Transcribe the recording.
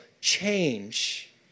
change